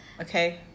Okay